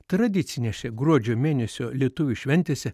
tradicinėse gruodžio mėnesio lietuvių šventėse